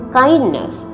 kindness